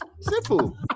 simple